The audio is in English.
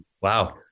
wow